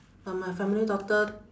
but my family doctor